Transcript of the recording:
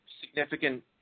significant